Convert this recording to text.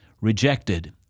rejected